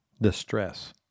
distress